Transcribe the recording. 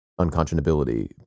unconscionability